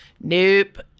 Nope